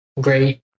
Great